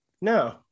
No